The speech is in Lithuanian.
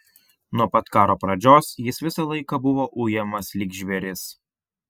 nuo pat karo pradžios jis visą laiką buvo ujamas lyg žvėris